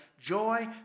joy